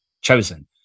chosen